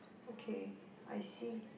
okay I see